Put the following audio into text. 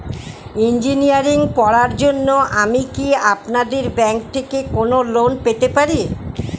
Engineering পড়ার জন্য আমি কি আপনাদের ব্যাঙ্ক থেকে কোন লোন পেতে পারি?